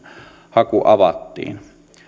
haku avattiin